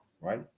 right